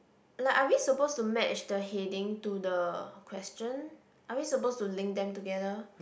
like are we supposed to match the heading to the question are we supposed to link them together